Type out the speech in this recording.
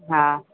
हा